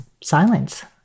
silence